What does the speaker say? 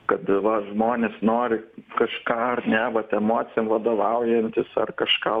kad va žmonės nori kažką ar ne vat emocijom vadovaujantis ar kažką